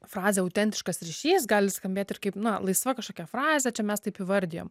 frazė autentiškas ryšys gali skambėti ir kaip na laisva kažkokia frazė čia mes taip įvardijom